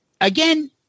again